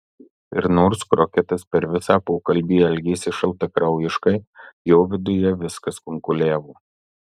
ir nors kroketas per visą pokalbį elgėsi šaltakraujiškai jo viduje viskas kunkuliavo